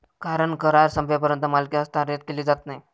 कारण करार संपेपर्यंत मालकी हस्तांतरित केली जात नाही